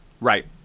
right